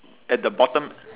at the bottom